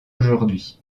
aujourd’hui